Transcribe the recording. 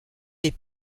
des